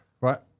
Right